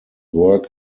work